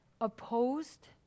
opposed